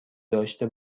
داشته